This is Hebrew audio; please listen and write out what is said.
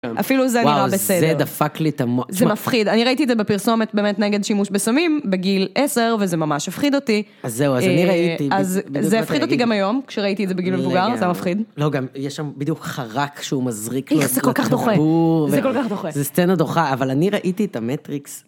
אפילו זה נראה בסדר, וואו, זה דפק לי את המוח, זה מפחיד, אני ראיתי את זה בפרסומת באמת נגד שימוש בסמים בגיל 10 וזה ממש הפחיד אותי, אז זהו, אז אני ראיתי, אז זה הפחיד אותי גם היום, כשראיתי את זה בגיל מבוגר, זה היה מפחיד, לא גם, יש שם בדיוק חרק שהוא מזריק לו את החבור, איכס זה כל כך דוחה, זה כל כך דוחה, זה סצנה דוחה, אבל אני ראיתי את המטריקס.